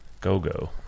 go-go